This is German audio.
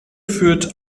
führt